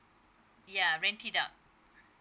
ya rent it out